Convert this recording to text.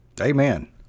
Amen